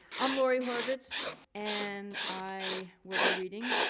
i'm lori horvitz and i will be reading,